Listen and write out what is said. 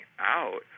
out